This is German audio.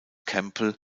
campbell